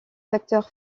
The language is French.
facteur